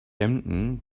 emden